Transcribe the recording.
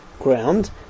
ground